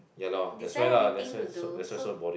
ya lor that's why lah that's why that's why so boring